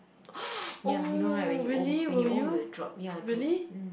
ya you know right when you old when you old you will drop ya droop mm